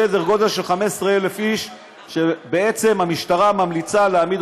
סדר גודל של 15,000 איש שבעצם המשטרה ממליצה להעמיד